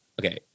Okay